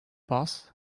boss